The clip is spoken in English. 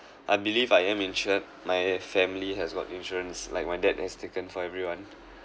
I believe I have mentioned my family has got insurance like my dad has taken for everyone